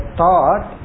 thought